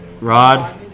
Rod